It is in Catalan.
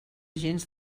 gens